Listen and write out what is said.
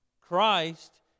Christ